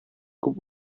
күп